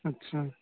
اچھا